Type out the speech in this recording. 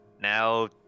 now